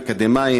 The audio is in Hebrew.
אקדמאים,